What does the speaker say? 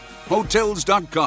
Hotels.com